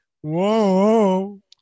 Whoa